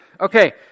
Okay